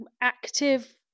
active